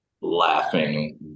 laughing